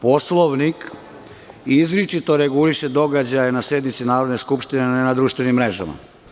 Poslovnik izričito reguliše događaje na sednici Narodne skupštine, a ne na društvenim mrežama.